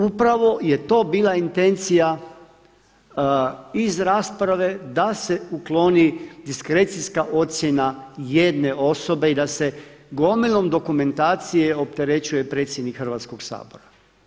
Upravo je to bila intencija iz rasprave da se ukloni diskrecijska ocjena jedne osobe i da se gomilom dokumentacije opterećuje predsjednik Hrvatskoga sabora.